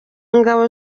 ngabo